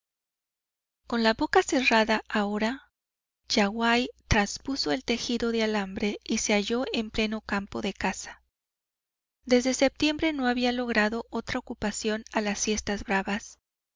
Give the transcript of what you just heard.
con la boca ahora cerrada yaguaí transpuso el tejido de alambre y se halló en pleno campo de caza desde septiembre no había logrado otra ocupación a las siestas bravas